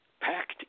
packed